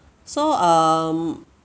so um